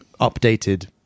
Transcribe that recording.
updated